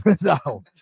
no